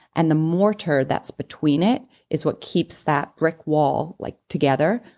and the mortar that's between it is what keeps that brick wall like together.